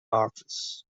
office